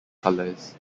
colors